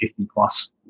50-plus